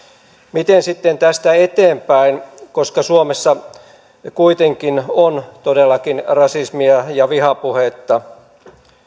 miten sitten tästä eteenpäin koska suomessa kuitenkin on todellakin rasismia ja vihapuhetta